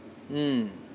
mm